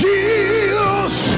Jesus